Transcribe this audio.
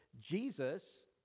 jesus